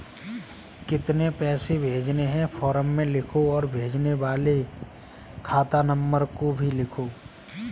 कितने पैसे भेजने हैं फॉर्म में लिखो और भेजने वाले खाता नंबर को भी लिखो